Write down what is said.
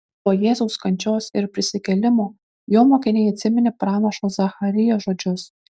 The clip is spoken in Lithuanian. po jėzaus kančios ir prisikėlimo jo mokiniai atsiminė pranašo zacharijo žodžius